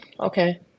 Okay